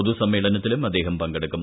പൊതുസമ്മേളനത്തിലും അദ്ദേഹം പങ്കെടുക്കും